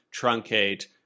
truncate